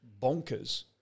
bonkers